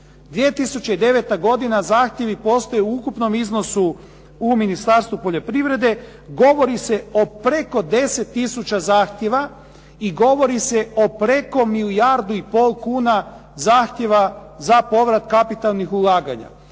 2009. godina zahtjevi postoje u ukupnom iznosu u Ministarstvu poljoprivrede. Govori se o preko 10 tisuća zahtjeva i govori se o preko milijardu i pol kuna zahtjeva za povrat kapitalnih ulaganja.